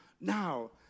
now